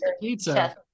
pizza